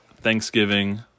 Thanksgiving